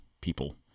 people